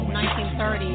1930